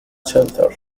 shelter